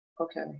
Okay